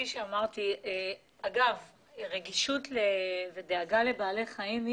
התורה מביעה רגישות ודאגה לבעלי חיים.